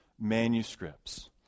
manuscripts